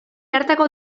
hartako